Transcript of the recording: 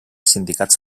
sindicats